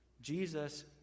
Jesus